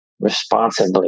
responsibly